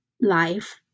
life